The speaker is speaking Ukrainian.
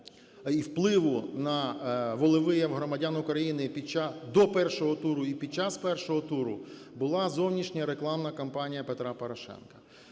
і впливу на волевияв громадян України до першого туру і під час першого туру була зовнішня рекламна кампанія Петра Порошенка.